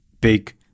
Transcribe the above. big